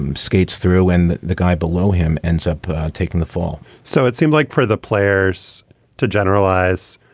um skates through and the the guy below him ends up taking the fall so it seems like for the players to generalize,